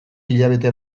hilabete